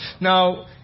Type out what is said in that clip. now